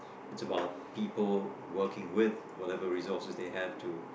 it's about people working with whatever resources they have to